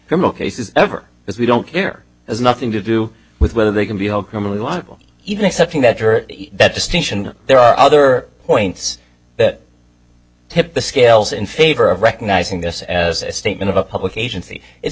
criminal cases ever because we don't care has nothing to do with whether they can be held criminally liable even accepting that or that distinction there are other points that tipped the scales in favor of recognizing this as a statement of a public agency it's